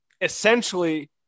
essentially